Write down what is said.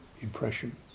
impression